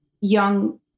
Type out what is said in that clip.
Young